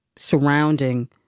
surrounding